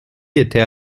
était